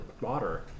water